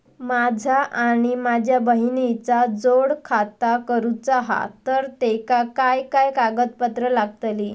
माझा आणि माझ्या बहिणीचा जोड खाता करूचा हा तर तेका काय काय कागदपत्र लागतली?